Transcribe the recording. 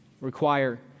require